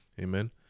Amen